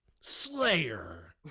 Slayer